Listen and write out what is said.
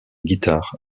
guitare